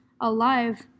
alive